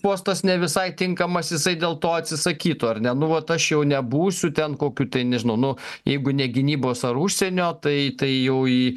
postas ne visai tinkamas jisai dėl to atsisakytų ar ne nu vat aš jau nebūsiu ten kokiu tai nežinau nu jeigu ne gynybos ar užsienio tai tai jau į